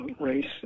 Race